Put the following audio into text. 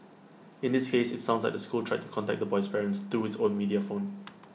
in this case IT sounds like the school tried to contact the boy's parents through his own media phone